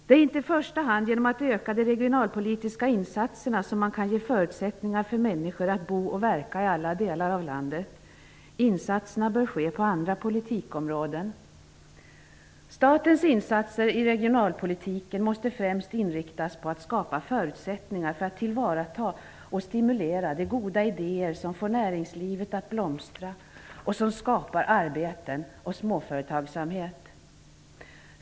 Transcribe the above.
Det är inte i första hand genom att öka de regionalpolitiska insatserna som man kan ge förutsättningar för människor att bo och verka i alla delar av landet. Insatserna bör ske på andra politikområden. Statens insatser i regionalpolitiken måste främst inriktas på att skapa förutsättningar för att tillvarata och stimulera de goda idéer som får näringslivet att blomstra och som skapar arbeten och småföretagsamhet.